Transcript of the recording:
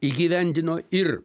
įgyvendino ir